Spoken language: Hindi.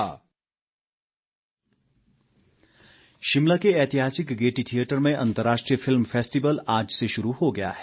फिल्म फेस्टिवल शिमला के ऐतिहासिक गेयटी थिएटर में अंतर्राष्टीय फिल्म फेस्टिवल आज से शुरू हो गया है